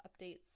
updates